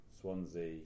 Swansea